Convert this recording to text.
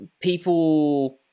people